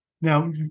Now